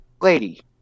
Lady